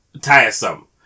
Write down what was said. tiresome